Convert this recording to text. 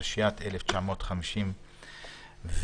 התשי"ט-1959,